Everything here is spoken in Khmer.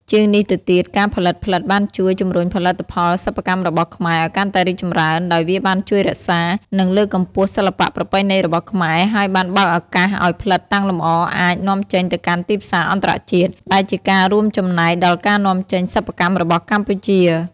ជាងនេះទៅទៀត ការផលិតផ្លិតបានជួយ ជំរុញផលិតផលសិប្បកម្មរបស់ខ្មែរ ឲ្យកាន់តែរីកចម្រើន ដោយវាបានជួយរក្សា និងលើកកម្ពស់សិល្បៈប្រពៃណីរបស់ខ្មែរ ហើយបានបើកឱកាសឲ្យផ្លិតតាំងលម្អអាច នាំចេញទៅកាន់ទីផ្សារអន្តរជាតិ ដែលជាការរួមចំណែកដល់ការនាំចេញសិប្បកម្មរបស់កម្ពុជា។